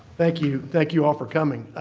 thank you. thank you all for coming.